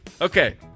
Okay